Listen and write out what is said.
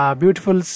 beautiful